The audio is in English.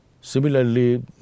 Similarly